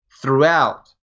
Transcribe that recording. throughout